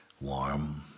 warm